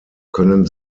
können